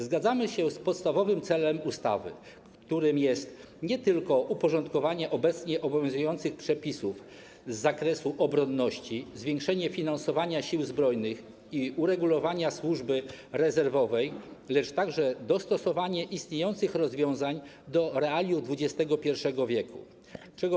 Zgadzamy się z podstawowym celem ustawy, którym jest nie tylko uporządkowanie obecnie obowiązujących przepisów z zakresu obronności, zwiększenie finansowania sił zbrojnych i uregulowanie służby rezerwowej, lecz także dostosowanie istniejących rozwiązań do realiów XXI w.